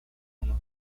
unos